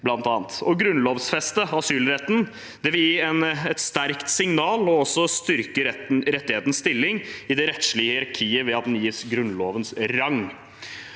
asylretten vil gi et sterkt signal og også styrke rettighetens stilling i det rettslige hierarkiet, ved at den gis grunnlovs rang.